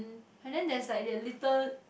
and then that's like the little